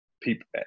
people